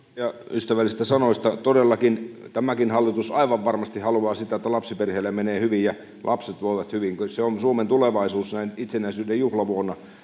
ystävällisistä sanoista todellakin tämäkin hallitus aivan varmasti haluaa sitä että lapsiperheillä menee hyvin ja lapset voivat hyvin kyllä se on suomen tulevaisuus näin itsenäisyyden juhlavuonna